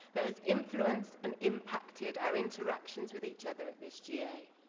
there is influence and impacted our interactions with each other at this ga.